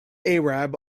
arab